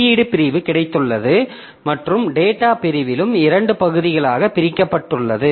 குறியீடு பிரிவு கிடைத்துள்ளது மற்றும் டேட்டா பிரிவு லும் இரண்டு பகுதிகளாக பிரிக்கப்பட்டுள்ளது